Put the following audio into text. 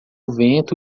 vento